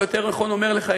או יותר נכון אומר לך,